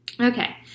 Okay